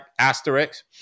Asterix